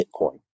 Bitcoin